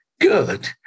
good